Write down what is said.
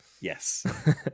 Yes